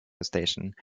station